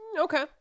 Okay